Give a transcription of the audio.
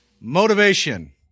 motivation